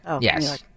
yes